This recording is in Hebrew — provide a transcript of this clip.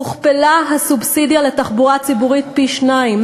גדלה הסובסידיה לתחבורה ציבורית פי-שניים,